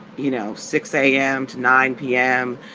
you know, six a m. to nine p m,